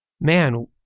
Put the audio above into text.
man